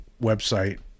website